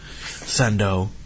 Sendo